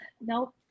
no